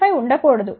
5 ఉండ కూడదు